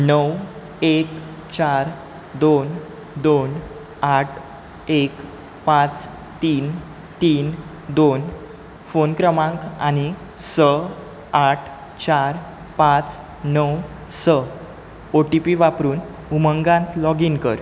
णव एक चार दोन दोन आठ एक पांच तीन तीन दोन फोन क्रमांक आनी स आठ चार पांच णव स ओ टी पी वापरून उमंगांत लॉगीन कर